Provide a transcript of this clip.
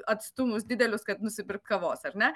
atstumus didelius kad nusipirkt kavos ar ne